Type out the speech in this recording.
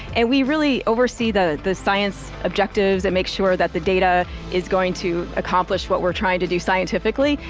and we really oversee the the science objectives and make sure that the data is going to accomplish what we're trying to do scientifically.